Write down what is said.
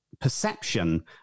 perception